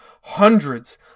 hundreds